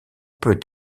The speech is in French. peut